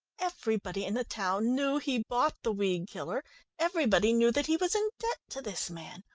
everybody in the town knew he bought the weed-killer everybody knew that he was in debt to this man.